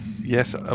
Yes